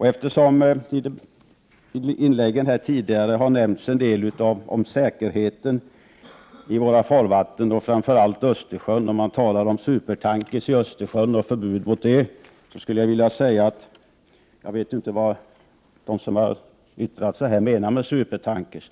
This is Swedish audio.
I de tidigare inläggen har det sagts en del om säkerheten i våra farvatten, framför allt Östersjön. Man har talat om förbud mot supertankrar i Östersjön. Jag vet inte vad de som har yttrat sig här menar med supertankrar,